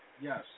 Yes